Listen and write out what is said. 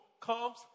comes